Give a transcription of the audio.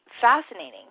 fascinating